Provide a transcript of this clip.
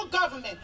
government